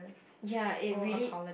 ya it really